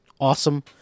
Awesome